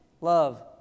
Love